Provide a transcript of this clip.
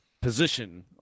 position